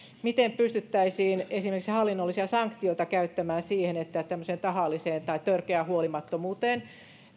miten pystyttäisiin esimerkiksi hallinnollisia sanktioita käyttämään siihen että tämmöiseen tahalliseen tai törkeään huolimattomuuteen